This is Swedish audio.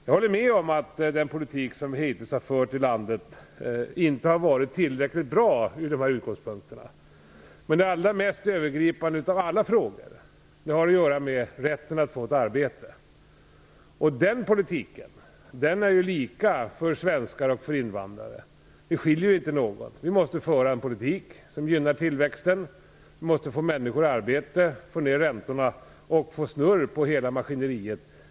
Jag håller med om att den politik som hittills har förts i landet inte har varit tillräckligt bra från dessa utgångspunkter. Men den mest övergripande av alla frågor har att göra med rätten att få ett arbete. Den politiken är ju lika för svenskar och för invandrare. Där skiljer den sig inte något. Vi måste föra en politik som gynnar tillväxten. Vi måste få människor i arbete, få ner räntorna och få snurr på hela maskineriet.